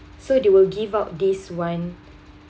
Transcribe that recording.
so they will give out this one